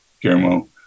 Guillermo